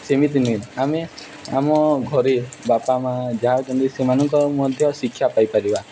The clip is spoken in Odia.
ସେମିତି ନୁହେଁ ଆମେ ଆମ ଘରେ ବାପା ମାଆ ଯାହା ଅଛନ୍ତି ସେମାନଙ୍କ ମଧ୍ୟ ଶିକ୍ଷା ପାଇପାରିବା